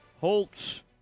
Holtz